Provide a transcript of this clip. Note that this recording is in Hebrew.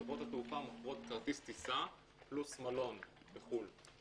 חברות התעופה מוכרות כרטיס טיסה פלוס מלון בחו"ל.